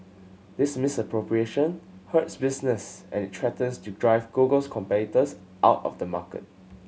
this misappropriation hurts business and it threatens to drive Google's competitors out of the market